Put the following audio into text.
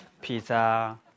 pizza